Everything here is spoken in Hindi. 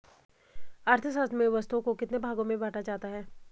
अर्थशास्त्र में वस्तुओं को कितने भागों में बांटा जाता है?